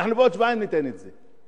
נעשה חאפלה, אנחנו בעוד שבועיים ניתן את זה.